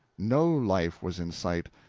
no life was in sight,